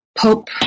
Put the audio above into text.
Pope